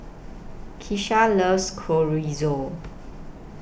Keisha loves Chorizo